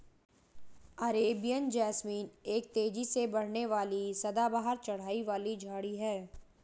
Arabian jasmine एक तेजी से बढ़ने वाली सदाबहार चढ़ाई वाली झाड़ी है